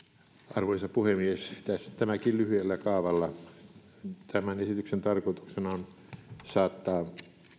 arvoisa puhemies tämäkin lyhyellä kaavalla tämän esityksen tarkoituksena on saattaa